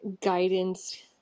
guidance